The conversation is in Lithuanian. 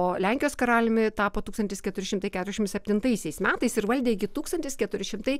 o lenkijos karaliumi tapo tūkstantis keturi šimtai keturiasdešim septintaisiais metais ir valdė iki tūkstantis keturi šimtai